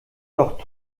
doch